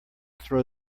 throw